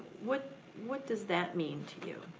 what what does that mean to you?